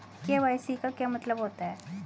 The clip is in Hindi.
के.वाई.सी का क्या मतलब होता है?